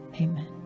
Amen